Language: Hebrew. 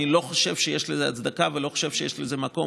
אני לא חושב שיש לזה הצדקה ולא חושב שיש לזה מקום.